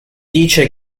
dice